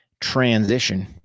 transition